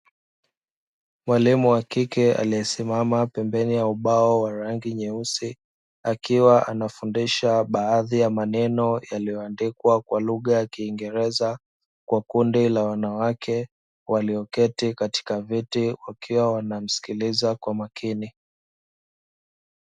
Mwalimu wa kike aliyesimama pembeni ya ubao wa rangi nyeusi, akiwa anafundisha baadhi ya maneno yaliyoandikwa kwa lugha ya kiingereza kwa kundi la wanawake walioketi katika viti wakiwa wanamsikiliza kwa makini.